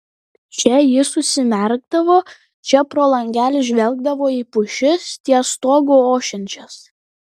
čia jis užsimerkdavo čia pro langelį žvelgdavo į pušis ties stogu ošiančias